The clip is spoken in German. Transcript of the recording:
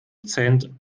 cent